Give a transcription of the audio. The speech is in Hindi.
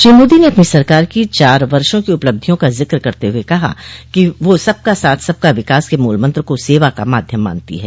श्री मोदी ने अपनी सरकार की चार वर्षो की उपलब्धियों का जिक करते हुए कहा कि वह सबका साथ सबका विकास के मूल मंत्र को सेवा का माध्यम मानती है